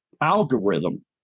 algorithm